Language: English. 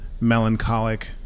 melancholic